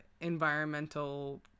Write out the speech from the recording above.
environmental